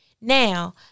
Now